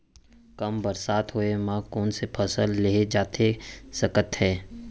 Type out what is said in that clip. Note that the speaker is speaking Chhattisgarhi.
कम बरसात होए मा कौन से फसल लेहे जाथे सकत हे?